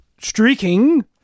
streaking